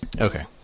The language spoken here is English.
Okay